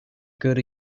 good